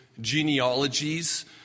genealogies